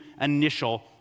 initial